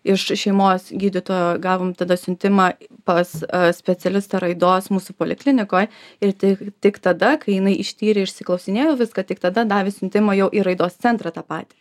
iš šeimos gydytojo gavom tada siuntimą pas specialistą raidos mūsų poliklinikoj ir tih tik tada kai jinai ištyrė išsiklausinėjo viską tik tada davė siuntimą jau į raidos centrą tą patį